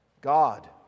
God